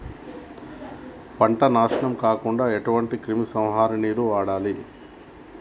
పంట నాశనం కాకుండా ఎటువంటి క్రిమి సంహారిణిలు వాడాలి?